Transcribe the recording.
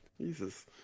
Jesus